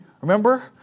remember